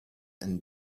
and